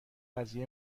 قضیه